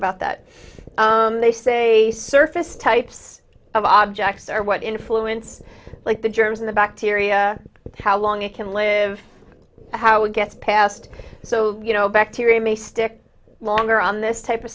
about that they say surface types of objects or what influence like the germs in the bacteria how long it can live how it gets passed so bacteria may stick longer on this type of